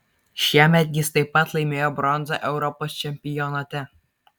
šiemet jis taip pat laimėjo bronzą europos čempionate